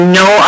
no